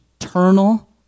eternal